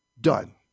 Done